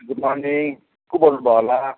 good morning को बोल्नुभयो होला